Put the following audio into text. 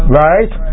right